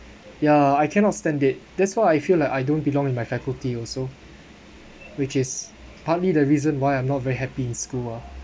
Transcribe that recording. ya I cannot stand it that's why I feel like I don't belong in my faculty also which is partly the reason why I am not very happy in school ah